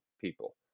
people